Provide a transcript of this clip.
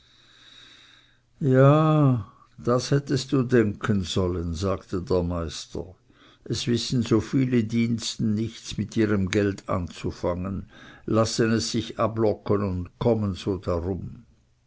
ja das hättest du denken sollen sagte der meister es wissen so viele diensten nichts mit ihrem gelde anzufangen lassen es sich ablocken und kommen so darum